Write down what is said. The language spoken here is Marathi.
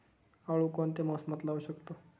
आळू कोणत्या मोसमात लावू शकतो?